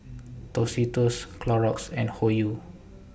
Tostitos Clorox and Hoyu